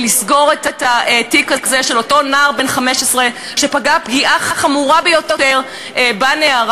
לסגור את התיק הזה של אותו נער בן 15 שפגע פגיעה חמורה ביותר בנערה.